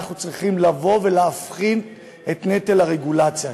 אנחנו צריכים לבוא ולהפחית את נטל הרגולציה.